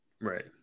Right